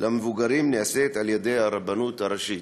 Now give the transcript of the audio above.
למבוגרים נעשית על-ידי הרבנות הראשית.